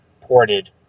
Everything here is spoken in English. ported